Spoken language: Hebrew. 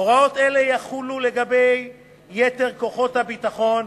הוראות אלה יחולו על יתר כוחות הביטחון,